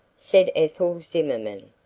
said ethel zimmerman,